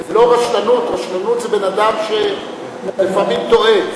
זה לא רשלנות, רשלנות זה שבן-אדם לפעמים טועה.